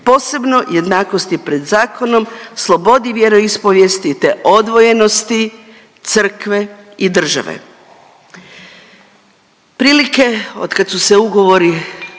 posebno jednakosti pred zakonom, slobodi vjeroispovijesti te odvojenosti Crkve i države. Prilike od kako su se ugovori